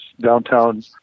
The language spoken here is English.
downtown